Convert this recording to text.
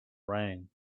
rang